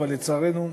אבל לצערנו,